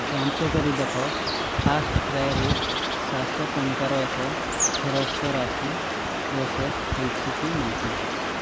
ଯାଞ୍ଚ କରି ଦେଖ ଫାର୍ଷ୍ଟ୍କ୍ରାଏରୁ ସାତଶହ ଟଙ୍କାର ଏକ ଫେରସ୍ତ ରାଶି ପ୍ରୋସେସ୍ ହୋଇଛି କି ନାହିଁ